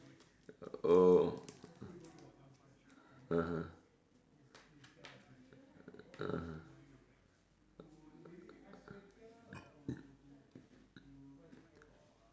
oh (uh huh) uh